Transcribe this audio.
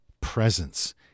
Presence